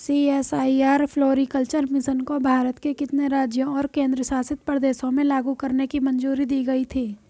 CSIR floriculture mission को भारत के कितने राज्यों और केंद्र शासित प्रदेशों में लागू करने की मंजूरी दी गई थी?